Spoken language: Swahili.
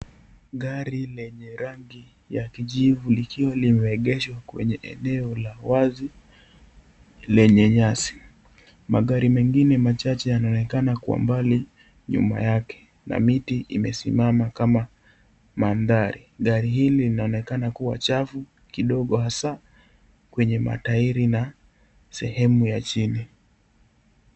Gari lenye rangi ya kijivu likiwa limeegeshwa kwenye eneo la wazi, lenye nyasi. Magari mengine machache yanaonekana kwa mbali, nyuma yake na miti imesimama kama mandhari. Gari hili linaonekana kuwa chafu kidogo, hasa kwenye matairi na sehemu ya chini.